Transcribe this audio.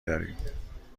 داریم